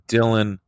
Dylan